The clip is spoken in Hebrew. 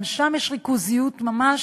גם שם יש ריכוזיות ממש,